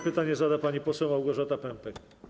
Pytanie zada pani poseł Małgorzata Pępek.